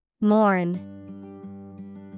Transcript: Mourn